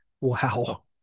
Wow